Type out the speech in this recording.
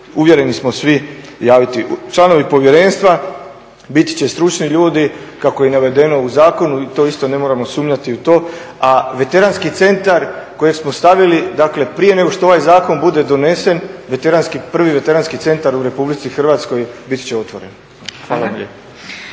uvjereni smo svi javiti. Članovi povjerenstva biti će stručni ljudi, kako je i navedeno u zakonu, to isto ne moramo sumnjati u to. A veteranski centar kojeg smo stavili, dakle prije nego što ovaj zakon bude donesen prvi veteranski centar u Republici Hrvatskoj biti će otvoren. Hvala